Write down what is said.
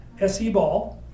seball